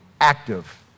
active